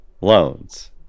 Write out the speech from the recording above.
loans